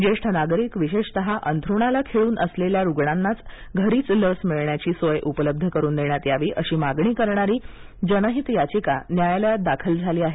ज्येष्ठ नागरिक विशेषतः अंथरुणाला खिळून असलेल्या रुग्णांना घरीच लस मिळण्याची सोय उपलब्ध करून देण्यात यावी अशी मागणी करणारी जनहित याचिका न्यायालयात दाखल झाली आहे